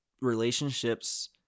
relationships